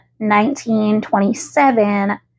1927